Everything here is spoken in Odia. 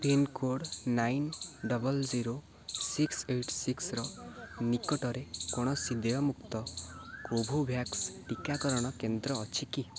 pincode nine double zero six eight ସିକ୍ସର ନିକଟରେ କୌଣସି ଦେୟମୁକ୍ତ କୋଭୋଭ୍ୟାକ୍ସ ଟିକାକରଣ କେନ୍ଦ୍ର ଅଛି କି